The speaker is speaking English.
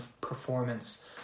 performance